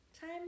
time